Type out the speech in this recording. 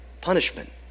punishment